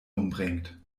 umbringt